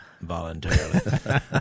voluntarily